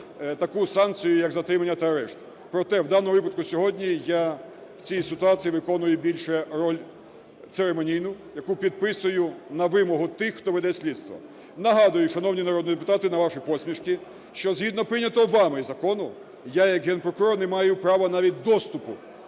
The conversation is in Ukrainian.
таку санкцію, як затримання та арешт. Проте в даному випадку сьогодні я в цій ситуації виконую більше роль церемонійну, яку підписую на вимогу тих, хто веде слідство. Нагадую, шановні народні депутати, на ваші посмішки, що згідно прийнятого вами закону я як Генпрокурор не маю права навіть доступу